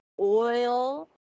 oil